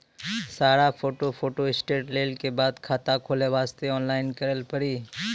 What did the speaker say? सारा photo photostat लेल के बाद खाता खोले वास्ते ऑनलाइन करिल पड़ी?